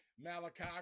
Malachi